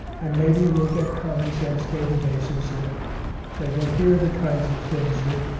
and maybe we'll get common sense databases that say, well, here are the kinds of things that